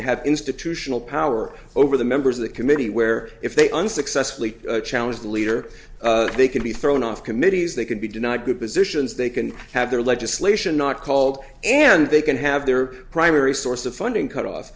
to have institutional power over the members of the committee where if they unsuccessfully challenge the leader they could be thrown off committees they could be denied good positions they can have their legislation not called and they can have their primary source of funding cut off